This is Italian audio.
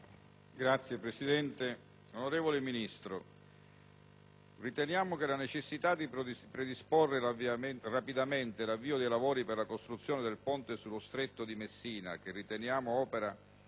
Signora Presidente, onorevole Ministro, riteniamo che la necessità di predisporre rapidamente l'avvio dei lavori per la costruzione del ponte sullo Stretto di Messina, opera